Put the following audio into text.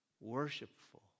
worshipful